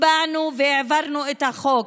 הצבענו והעברנו את החוק.